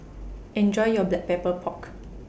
Enjoy your Black Pepper Pork